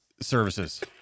Services